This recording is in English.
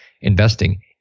investing